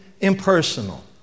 impersonal